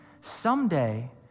Someday